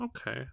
Okay